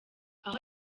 aho